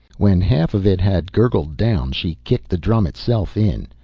when half of it had gurgled down, she kicked the drum itself in.